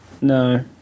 No